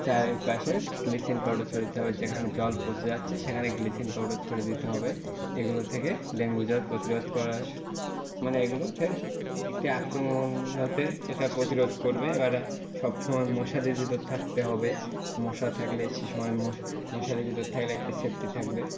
চারিপাশে bleaching powder ছড়িয়ে দিতে হবে যেখানে জল পচে যাচ্ছে সেখানে ব্লিচিং পাউডার ছড়িয়ে দিতে হবে এগুলো থেকে ডেঙ্গু জ্বর প্রতিরোধ করা স মানে এগুলোতে একটু আক্রমণ হতে এটা প্রতিরোধ করবে এবার সবসময় মশারির ভিতর থাকতে হবে মশা থাকলে সে সময় মশা মশারির ভিতর থাকলে একটা সেফ্টি থাকবে